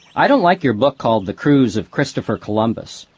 i don't like your book called the cruise of christopher columbus.